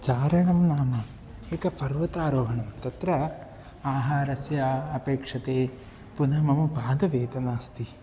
चारणं नाम एकं पर्वतारोहणं तत्र आहारः अपेक्षते पुनः मम पादवेदना अस्ति